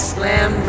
Slam